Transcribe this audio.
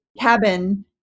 cabin